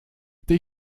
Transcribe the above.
tej